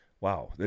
Wow